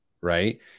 right